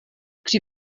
při